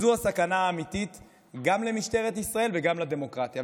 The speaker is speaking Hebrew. זו הסכנה האמיתית גם למשטרת ישראל וגם לדמוקרטיה.